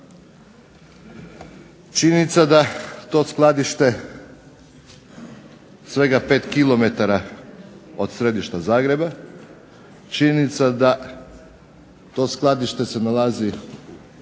Činjenica da to skladište svega 5 kilometara od središta Zagreba, činjenica da to skladište se nalazi